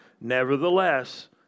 Nevertheless